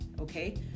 okay